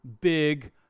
big